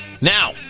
Now